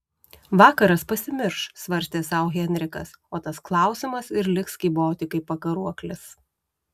vakaras pasimirš svarstė sau henrikas o tas klausimas ir liks kyboti kaip pakaruoklis